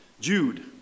Jude